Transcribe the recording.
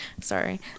Sorry